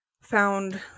found